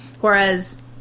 Whereas